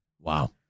Wow